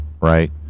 Right